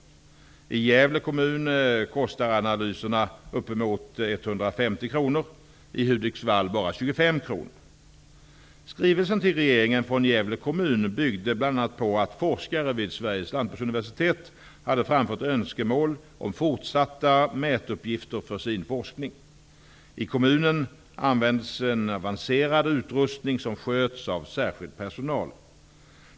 I Gävle kommun kostar analyserna uppemot 150 kr, i Hudiksvall bara 25 kr. Skrivelsen till regeringen från Gävle kommun byggde bl.a. på att forskare vid Sveriges lantbruksuniversitet hade framfört önskemål om fortsatta mätuppgifter för sin forskning. I kommunen används en avancerad utrustning som sköts av särskild personal.